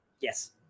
Yes